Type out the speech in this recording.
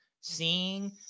seeing